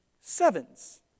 sevens